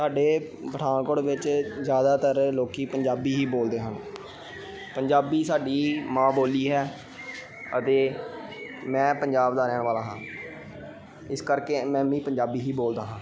ਸਾਡੇ ਪਠਾਨਕੋਟ ਵਿੱਚ ਜ਼ਿਆਦਾਤਰ ਲੋਕੀ ਪੰਜਾਬੀ ਹੀ ਬੋਲਦੇ ਹਨ ਪੰਜਾਬੀ ਸਾਡੀ ਮਾਂ ਬੋਲੀ ਹੈ ਅਤੇ ਮੈਂ ਪੰਜਾਬ ਦਾ ਰਹਿਣ ਵਾਲਾ ਹਾਂ ਇਸ ਕਰਕੇ ਮੈਂ ਵੀ ਪੰਜਾਬੀ ਹੀ ਬੋਲਦਾ ਹਾਂ